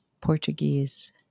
Portuguese